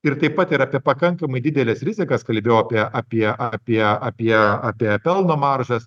ir taip pat ir apie pakankamai dideles rizikas kalbėjau apie apie apie apie apie pelno maržas